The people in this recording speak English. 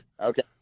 Okay